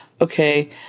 okay